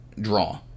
draw